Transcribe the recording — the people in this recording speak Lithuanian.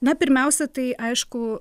na pirmiausia tai aišku